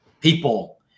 People